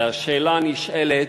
והשאלה הנשאלת,